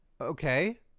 Okay